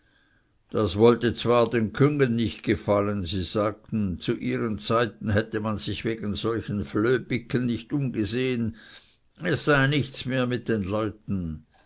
das wollte zwar den küngen nicht gefallen sie sagten zu ihren zeiten hätte man sich wegen solchen flöhbicken nicht umgesehen es sei nichts mehr mit den leuten